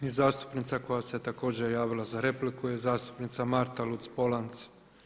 I zastupnica koja se također javila za repliku je zastupnica Marta Luc-Polanc.